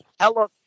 Hello